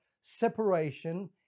separation